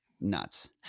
nuts